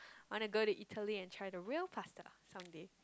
wanna go to Italy and try the real pasta someday